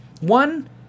One